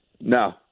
No